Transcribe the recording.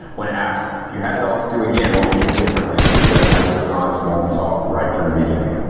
when asked if you had it all to do again what would you differently, he said i would have gone to molten salt right from the beginning.